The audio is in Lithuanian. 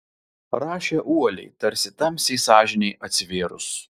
rašė uoliai tarsi tamsiai sąžinei atsivėrus